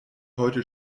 heute